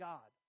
God